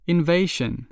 Invasion